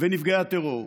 ונפגעי הטרור.